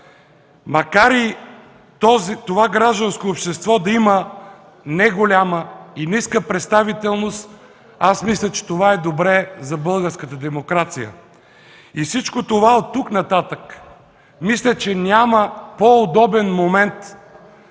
Макар и гражданското общество да има неголяма и ниска представителност, мисля, че това е добре за българската демокрация. Мисля, че оттук нататък няма по-удобен момент